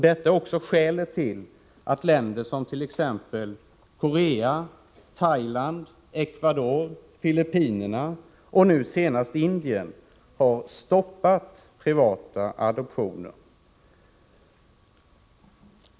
Det är också skälet till att länder som Korea, Thailand, Ecuador, Filippinerna och nu senast Indien har stoppat privata adoptioner.